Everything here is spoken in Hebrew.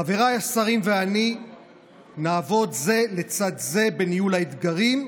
חבריי השרים ואני נעבוד זה לצד זה בניהול האתגרים,